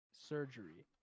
surgery